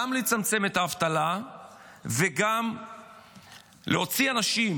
גם לצמצם את האבטלה וגם להוציא אנשים